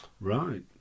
Right